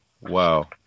Wow